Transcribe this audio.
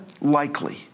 likely